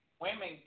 women